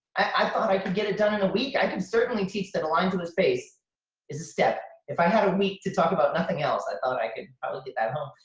i thought i could get it done in a week. i could certainly teach them a line to a space is a step if i had a week to talk about nothing else. i thought i could probably hit that home.